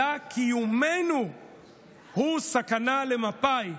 אלא קיומנו עצמו הוא סכנה למפא"י".